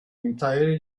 entire